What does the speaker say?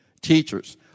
Teachers